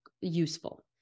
useful